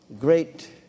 great